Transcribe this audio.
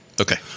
Okay